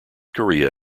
korea